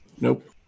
Nope